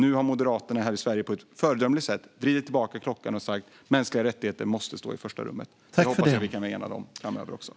Nu har Moderaterna här i Sverige på ett föredömligt sätt vridit tillbaka klockan och sagt att mänskliga rättigheter måste stå i första rummet. Det hoppas jag att vi kan vara enade om också framöver.